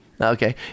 Okay